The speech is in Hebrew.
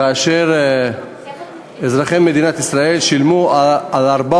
כאשר אזרחי מדינת ישראל שילמו על 400